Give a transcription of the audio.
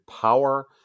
power